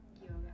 yoga